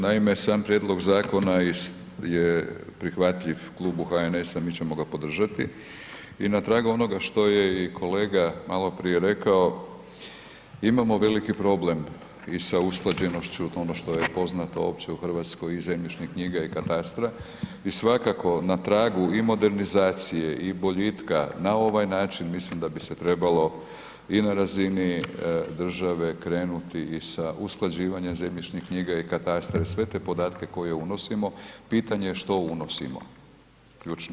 Naime, sam prijedlog zakona je prihvatljiv klubu HNS-a, mi ćemo ga podržati i na kraju onoga što je i kolega maloprije rekao, imamo veliki problem i sa usklađenošću ono što je poznato uopće u Hrvatskoj i zemljišne knjige i katastra i svakako na tragu i modernizacije i boljitka na ovaj način mislim da bi se trebalo i na razini države krenuti sa usklađivanjem zemljišnih knjiga i katastra i sve te podatke koje unosimo, pitanje što unosimo ključno.